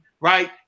right